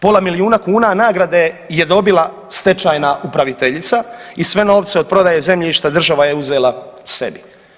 Pola milijuna kuna nagrade je dobila stečajna upraviteljica i sve novce od prodaje zemljišta država je uzela sebi.